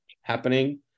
happening